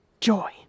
joy